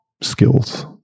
skills